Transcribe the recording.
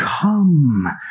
come